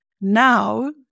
now